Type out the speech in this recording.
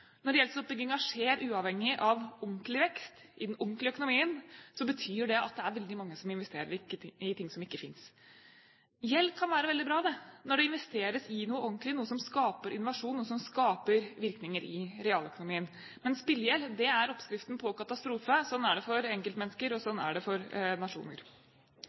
Når gjeldsoppbyggingen skjer uavhengig av «ordentlig» vekst i den «ordentlige» økonomien, betyr det at det er veldig mange som investerer i ting som ikke finnes. Gjeld kan være veldig bra når det investeres i noe ordentlig, noe som skaper innovasjon, og som skaper virkninger i realøkonomien, men spillegjeld er oppskriften på katastrofe. Sånn er det for enkeltmennesker, og sånn er det for nasjoner.